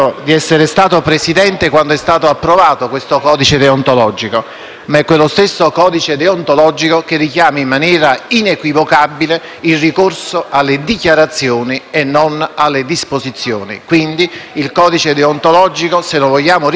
Ma è quello stesso codice deontologico che richiama in maniera inequivocabile il ricorso alle dichiarazioni e non alle disposizioni. Quindi, il codice deontologico, se vogliamo richiamarlo, richiamiamolo tutto. Voglio, però, entrare immediatamente nel cuore